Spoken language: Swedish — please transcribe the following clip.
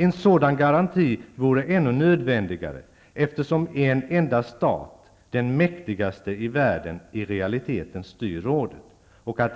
En sådan garanti vore ännu nödvändigare, eftersom en enda stat, den mäktigaste i världen, i realiteten styr rådet.